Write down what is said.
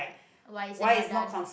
why is it not done